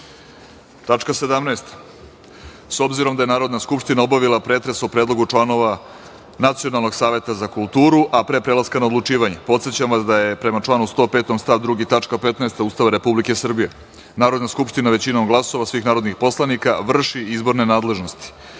reda.S obzirom da je Narodna skupština obavila pretres o Predlogu o članova Nacionalnog saveta za kulturu, a pre prelaska na odlučivanje, podsećam vas da prema članu 105. stav 2. tačka 15) Ustava Republike Srbije Narodna skupština većinom glasova svih narodnih poslanika vrši izborne nadležnosti. Prelazimo